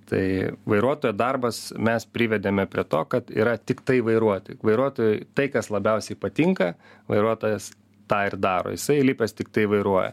tai vairuotojo darbas mes privedėme prie to kad yra tiktai vairuoti vairuotojui tai kas labiausiai patinka vairuotojas tą ir daro jisai įlipęs tiktai vairuoja